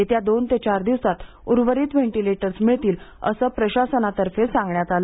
येत्या दोन चार दिवसात उर्वरित व्हेन्टिलेटर्स मिळतील असं प्रशासनातर्फे सांगण्यात आलं